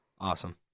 Awesome